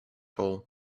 hole